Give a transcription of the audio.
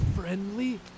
friendly